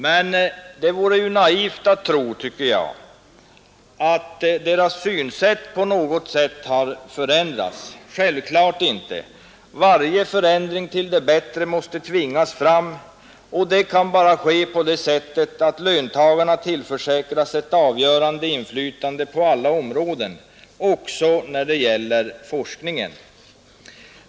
Men det vore ju naivt att tro, tycker jag, att deras synsätt på något sätt har förändrats. Självklart inte. Varje förändring till det bättre måste tvingas fram, och det kan bara ske genom att löntagarna tillförsäkras ett avgörande inflytande på alla områden, också när det gäller forskningen.